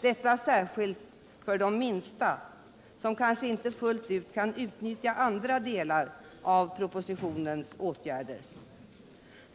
Detta gäller särskilt för de minsta företagen, som kanske inte fullt ut kan utnyttja andra delar av de i propositionen föreslagna åtgärderna.